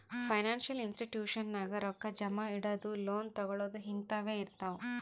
financial institution ನಾಗ್ ರೊಕ್ಕಾ ಜಮಾ ಇಡದು, ಲೋನ್ ತಗೋಳದ್ ಹಿಂತಾವೆ ಇರ್ತಾವ್